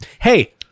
hey